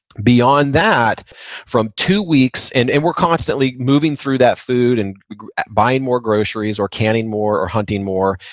beyond that from two weeks, and and we're constantly moving through that food and buying more groceries or canning more or hunting more.